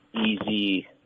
easy